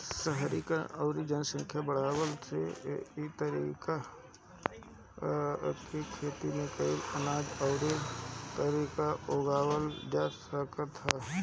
शहरीकरण अउरी जनसंख्या बढ़ला से इ तरीका से खेती कईला से अनाज अउरी तरकारी उगावल जा सकत ह